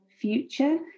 future